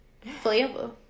forever